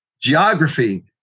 geography